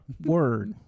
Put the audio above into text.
Word